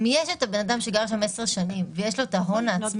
אם יש את הבנאדם שגר שם 10 שנים ויש לו את ההון העצמי